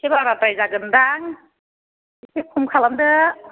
एसे बाराद्राय जागोन दां एसे खम खालामदो